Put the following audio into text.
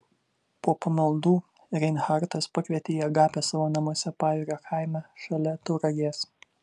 po pamaldų reinhartas pakvietė į agapę savo namuose pajūrio kaime šalia tauragės